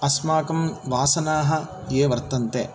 अस्माकं वासनाः ये वर्तन्ते